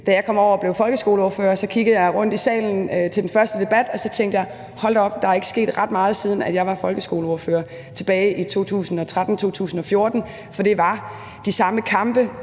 og blev folkeskoleordfører, så kiggede jeg rundt i salen til den første debat, og så tænkte jeg, hold da op, der er ikke sket ret meget, siden jeg var folkeskoleordfører tilbage i 2013-14, for det var de samme kampe,